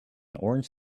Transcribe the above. orange